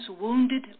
wounded